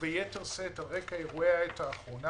וביתר שאת על רקע אירועי העת האחרונה,